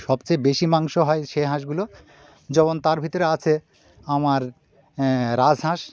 সবচেয়ে বেশি মাংস হয় সে হাঁসগুলো যেমন তার ভিতরে আছে আমার রাজহাঁস